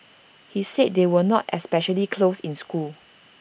he said they were not especially close in school